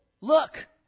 look